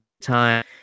time